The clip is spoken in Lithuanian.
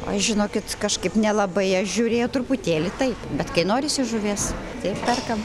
ai žinokit kažkaip nelabai jas žiūrė truputėlį taip bet kai norisi žuvies tai perkam